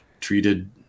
treated